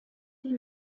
die